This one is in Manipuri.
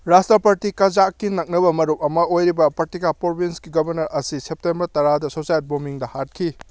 ꯔꯥꯁꯇ꯭ꯔꯄꯇꯤ ꯀꯖꯥꯛꯀꯤ ꯅꯛꯅꯕ ꯃꯔꯨꯞ ꯑꯃ ꯑꯣꯏꯔꯤꯕ ꯄꯔꯇꯤꯀꯥ ꯄ꯭ꯔꯣꯕꯤꯟꯁꯀꯤ ꯒꯣꯕꯔꯅꯔ ꯑꯁꯤ ꯁꯦꯞꯇꯦꯝꯕꯔ ꯇꯔꯥꯗ ꯁꯣꯁꯥꯏꯠ ꯕꯣꯝꯃꯤꯡꯗ ꯍꯥꯠꯈꯤ